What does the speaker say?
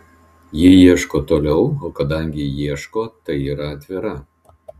ji ieško toliau o kadangi ieško tai yra atvira